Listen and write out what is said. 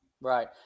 Right